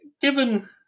given